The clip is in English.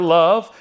love